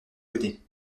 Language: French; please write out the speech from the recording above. côtés